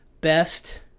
best